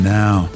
now